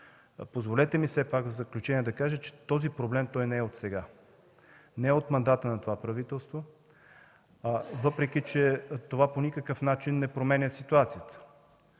Позволете ми все пак в заключение да кажа, че проблемът не е отсега, не е от мандата на това правителство, въпреки че това по никакъв начин не променя ситуацията.